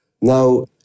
Now